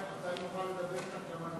מתי נוכל לדבר כך גם על